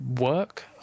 work